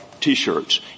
T-shirts